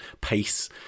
pace